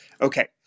okay